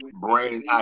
Brandon